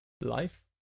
life